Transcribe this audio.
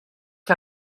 que